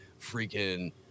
freaking